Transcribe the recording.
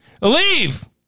Leave